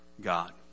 God